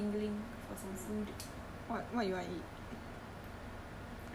my mouth dangling dangling tingling for some food